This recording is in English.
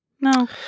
No